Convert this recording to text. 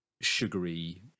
sugary